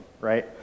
right